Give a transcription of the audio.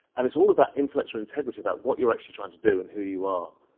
and it's all of that intellectual integrity about what you're actually trying to do and who you are,